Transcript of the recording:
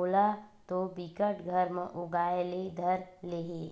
ओला तो बिकट घर म उगाय ले धर ले हे